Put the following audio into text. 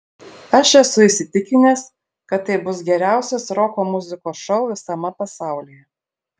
aš esu įsitikinęs kad tai bus geriausias roko muzikos šou visame pasaulyje